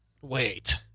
Wait